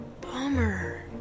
Bummer